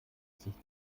sich